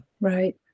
Right